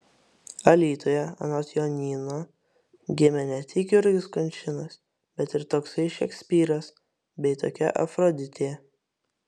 alytuje anot jonyno gimė ne tik jurgis kunčinas bet ir toksai šekspyras bei tokia afroditė